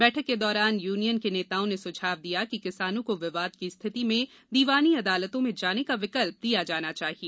बैठक के दौरान यूनियन के नेताओं ने सुझाव दिया कि किसानों को विवाद की स्थिति में दीवानी अदालतों में जाने का विकल्प दिया जाना चाहिए